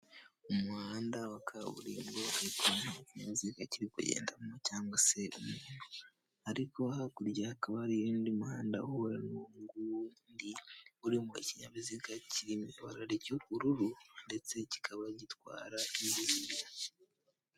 umuhanda wa kaburimbo utarimo icyinyabiziga kiri kugendamo cyangwa se umunru, ariko no hakurya hakaba harimo umuhanda uhura n'uwo nguwo urimo ikinyabiziga cyirimo ibara ry'ubururu ndeste kikaba gitwara ibintu.